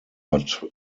but